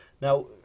Now